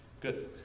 Good